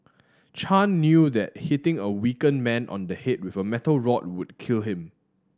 Chan knew that hitting a weakened man on the head with a metal rod would kill him